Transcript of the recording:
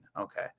Okay